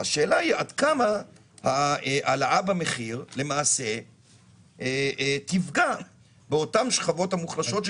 השאלה היא עד כמה ההעלאה במחיר תפגע בשכבות המוחלשות,